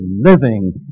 living